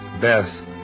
Beth